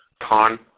Con